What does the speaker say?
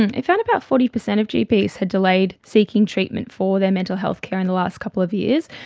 and it found about forty percent of gps had delayed seeking treatment for their mental health care in the last couple of years.